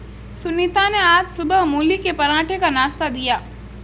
सुनीता ने आज सुबह मूली के पराठे का नाश्ता दिया